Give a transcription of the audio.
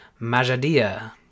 Majadia